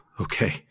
okay